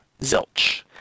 Zilch